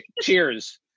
Cheers